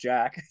Jack